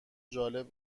جالب